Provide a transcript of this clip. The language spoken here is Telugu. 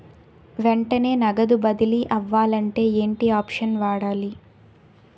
వెంటనే నగదు బదిలీ అవ్వాలంటే ఏంటి ఆప్షన్ వాడాలి?